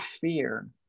fear